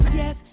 yes